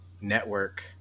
Network